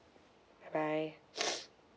bye bye